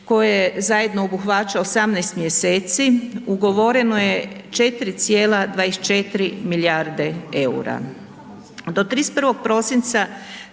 koje zajedno obuhvaća 18 mjeseci, ugovoreno je 4,24 milijarde EUR-a.